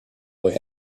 boy